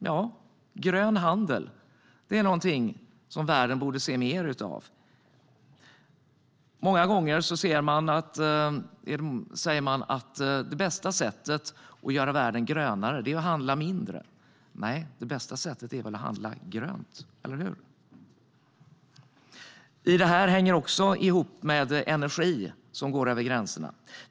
Ja, grön handel är någonting som världen behöver se mer av. Många gånger säger man att det bästa sättet att göra världen grönare är att handla mindre. Nej, det bästa sättet är väl att handla grönt - eller hur? Det här hänger också ihop med energi som går över gränserna.